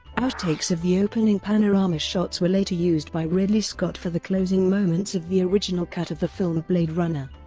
outtakes of the opening panorama shots were later used by ridley scott for the closing moments of the original cut of the film blade runner.